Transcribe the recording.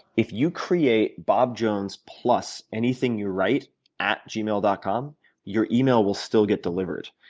if you create bobjones plus anything you write at gmail dot com your email will still get delivered.